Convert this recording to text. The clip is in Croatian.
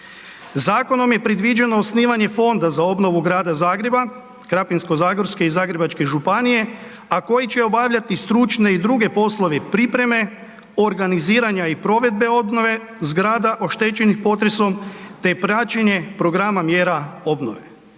Zakonom je predviđeno osnivanje Fonda za obnovu Grada Zagreba, Krapinsko-zagorske i Zagrebačke županije, a koji će obavljati stručne i druge poslove pripreme, organiziranja i provedbe obnove zgrada oštećenih potresom, te praćenje programa mjera obnove.